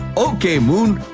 okay moon.